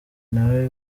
nawe